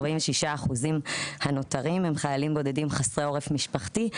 46% הנותרים הם חיילים בודדים חסרי עורף משפחתי,